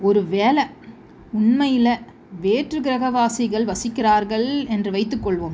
ஒருவேளை உண்மையில் வேற்றுகிரக வாசிகள் வசிக்கிறார்கள் என்று வைத்துக்கொள்வோம்